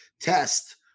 test